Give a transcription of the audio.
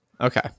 Okay